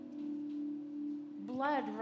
Blood